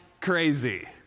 crazy